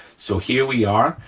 so here we are.